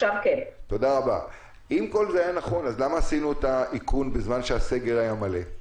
אם כל זה היה נכון אז למה עשינו את האיכון בזמן שהסגר היה מלא?